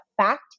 fact